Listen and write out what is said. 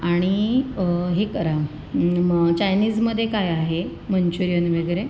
आणि हे करा मग चायनीजमध्ये काय आहे मंच्युरियन वगैरे